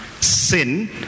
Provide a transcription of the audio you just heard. sin